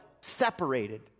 separated